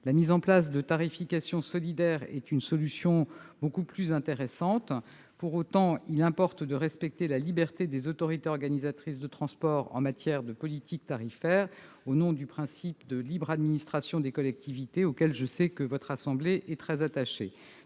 La mise en place de tarifications solidaires est une solution beaucoup plus intéressante. Pour autant, il importe de respecter la liberté des autorités organisatrices de transport en matière de politique tarifaire, au nom du principe de libre administration des collectivités territoriales, auquel votre assemblée est, je